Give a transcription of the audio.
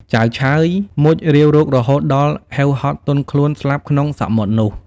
ចៅឆើយមុជរាវរករហូតដល់ហេវហត់ទន់ខ្លួនស្លាប់ក្នុងសមុទ្រនោះ ។